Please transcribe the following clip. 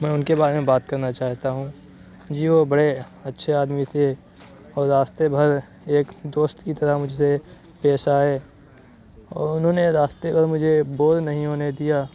میں ان کے بارے میں بات کرنا چاہتا ہوں جی وہ بڑے اچھے آدمی تھے اور راستے بھر ایک دوست کی طرح مجھ سے پیش آئے اور انہوں نے راستے بھر مجھے بور نہیں ہونے دیا